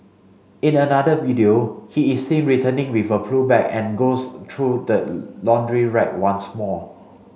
in another video he is seen returning with a blue bag and goes through the laundry rack once more